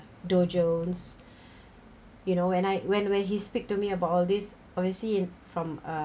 dow jones you know when I when when he speak to me about all these or he see it from uh